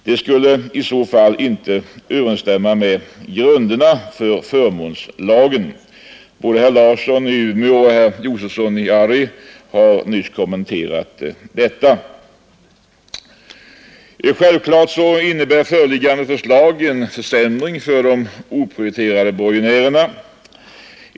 Detta skulle uppenbarligen inte stå i överensstämmelse med grunderna för FRL.” Både herr Larsson i Umeå och herr Josefson i Arrie har nyss kommenterat detta. Självfallet innebär föreliggande förslag en försämring för de oprioriterade borgenärerna.